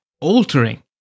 altering